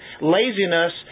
Laziness